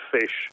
fish